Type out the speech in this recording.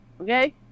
Okay